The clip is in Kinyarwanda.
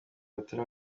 batari